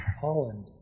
Holland